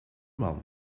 man